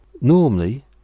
Normally